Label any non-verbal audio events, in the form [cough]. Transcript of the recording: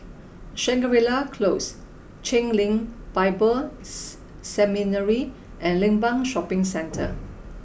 Shangri La Close Chen Lien Bible [hesitation] Seminary and Limbang Shopping Centre